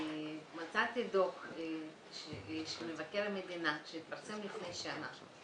מצאתי דוח של מבקר המדינה שהתפרסם לפני שנה,